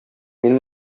мин